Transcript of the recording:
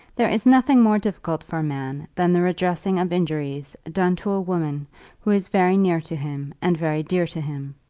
there is nothing more difficult for a man than the redressing of injuries done to a woman who is very near to him and very dear to him.